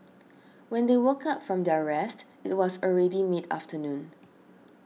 when they woke up from their rest it was already mid afternoon